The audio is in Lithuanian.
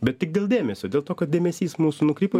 bet tik dėl dėmesio dėl to kad dėmesys mūsų nukrypo